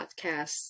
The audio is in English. podcasts